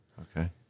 Okay